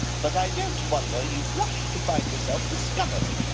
but i don't wonder you blush to find yourself discovered.